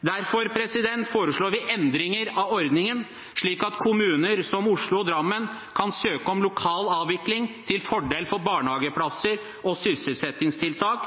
Derfor foreslår vi endringer av ordningen, slik at kommuner som Oslo og Drammen kan søke om lokal avvikling til fordel for barnehageplasser og sysselsettingstiltak.